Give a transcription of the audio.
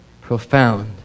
profound